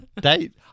Date